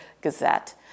Gazette